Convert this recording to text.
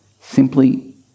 simply